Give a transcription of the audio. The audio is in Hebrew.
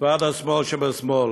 ועד השמאל שבשמאל.